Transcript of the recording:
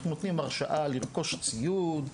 אנחנו נותנים הרשאה לרכוש ציוד,